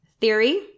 Theory